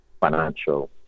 financial